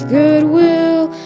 goodwill